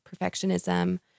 perfectionism